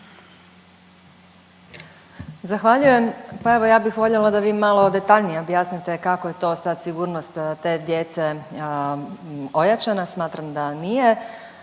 Zahvaljujem. Pa evo ja bih voljela da vi malo detaljnije objasnite kako je to sad sigurnost te djece ojačana. Smatram da nije.